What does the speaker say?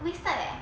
wasted eh